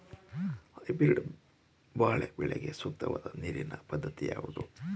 Hybrid ಬಾಳೆ ಬೆಳೆಗೆ ಸೂಕ್ತವಾದ ನೀರಿನ ಪದ್ಧತಿ ಯಾವುದು?